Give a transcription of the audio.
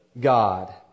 God